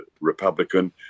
Republican